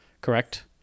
Correct